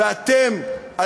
ואתם,